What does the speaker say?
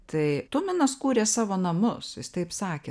tai tuminas kūrė savo namus jis taip sakė